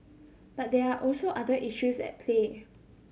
but there are also other issues at play